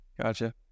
gotcha